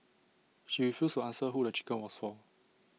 she refused to answer who the chicken was for